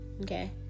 okay